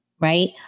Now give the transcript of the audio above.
Right